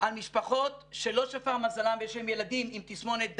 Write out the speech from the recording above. על משפחות שלא שפר מזלן ושיש להם ילדים עם תסמונת דאון,